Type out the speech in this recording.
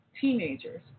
teenagers